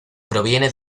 proviene